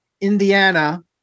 Indiana